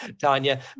Tanya